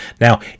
now